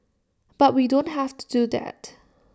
but we don't have to do that